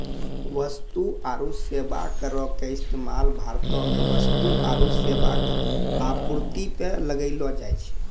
वस्तु आरु सेबा करो के इस्तेमाल भारतो मे वस्तु आरु सेबा के आपूर्ति पे लगैलो जाय छै